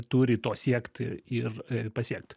turi to siekt ir pasiekt